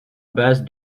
base